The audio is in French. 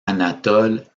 anatole